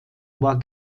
war